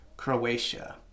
Croatia